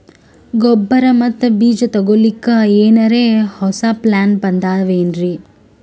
ಗೊಬ್ಬರ ಮತ್ತ ಬೀಜ ತೊಗೊಲಿಕ್ಕ ಎನರೆ ಹೊಸಾ ಪ್ಲಾನ ಬಂದಾವೆನ್ರಿ?